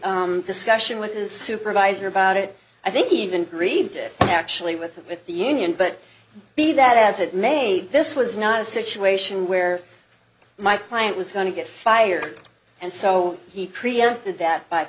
discussion with his supervisor about it i think even read it actually with that with the union but be that as it may this was not a situation where my client was going to get fired and so he